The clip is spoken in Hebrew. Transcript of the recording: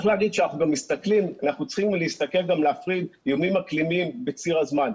אנחנו צריכים גם להפריד איומים אקלימיים בציר הזמן,